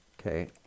Okay